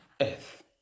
earth